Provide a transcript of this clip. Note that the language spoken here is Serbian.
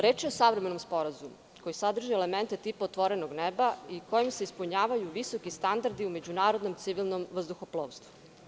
Reč je o savremenom sporazumu koji sadrži elemente tipa otvorenog neba i kojim se ispunjavaju visoki standardi u međunarodnom i civilnom vazduhoplovstvu.